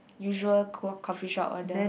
usual coffeshop order